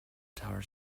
tower